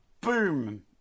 Boom